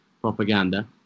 propaganda